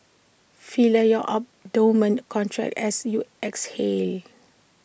feel your abdomen contract as you exhale